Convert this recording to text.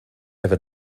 ever